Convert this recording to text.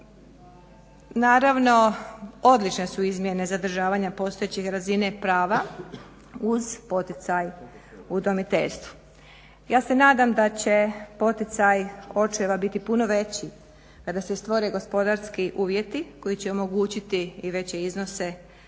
Naravno odlične su izmjene zadržavanja postojeće razine prava uz poticaj udomiteljstvu. Ja se nadam da će poticaj očeva biti puno veći kada se stvore gospodarski uvjeti koji će omogućiti i veće iznose i naknade.